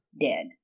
dead